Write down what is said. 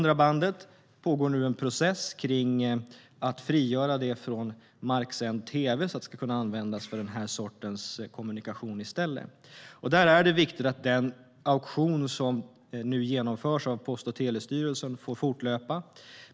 Det pågår därför en process med att frigöra 700-bandet från marksänd tv så att det kan användas för denna sorts kommunikation i stället. Det är viktigt att den auktion som genomförs av Post och telestyrelsen får fortlöpa.